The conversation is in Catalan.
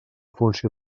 funció